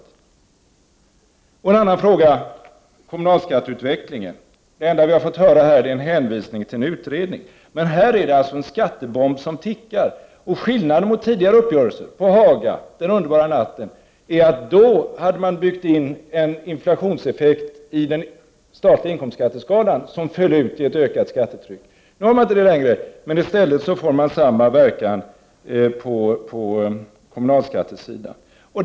Jag vill också ställa en fråga om kommunalskatteutvecklingen. Det enda vi här har fått höra är en hänvisning till en utredning. Men detta är en skattebomb som tickar. Skillnaden mot tidigare uppgörelser på Haga och ”den underbara natten”, är att man i det fallet hade byggt in en inflationseffekt i den statliga inkomstskatteskalan som föll ut i ett ökat skattetryck. Detta gäller inte nu, men man uppnår samma verkan på kommunalskattesidan.